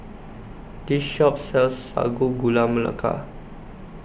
This Shop sells Sago Gula Melaka